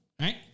right